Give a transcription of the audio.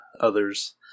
others